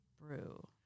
Brew